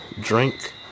drink